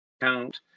count